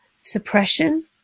suppression